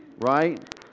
right